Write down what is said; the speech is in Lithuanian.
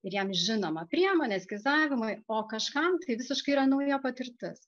ir jam žinoma priemonė eskizavimui o kažkam tai visiškai yra nauja patirtis